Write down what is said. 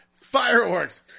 fireworks